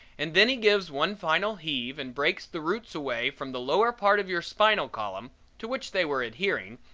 and then he gives one final heave and breaks the roots away from the lower part of your spinal column to which they were adhering,